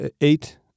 eight